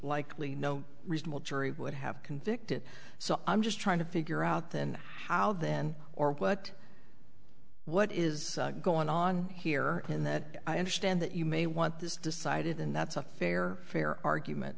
likely no reasonable jury would have convicted so i'm just trying to figure out then how then or what what is going on here in that i understand that you may want this decided and that's a fair fair argument